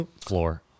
floor